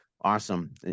awesome